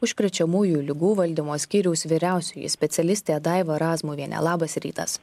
užkrečiamųjų ligų valdymo skyriaus vyriausioji specialistė daiva razmuvienė labas rytas